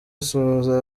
asuhuza